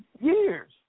years